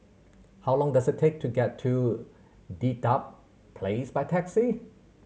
how long does it take to get to Dedap Place by taxi